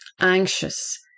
anxious